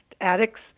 addicts